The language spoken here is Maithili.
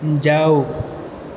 जाउ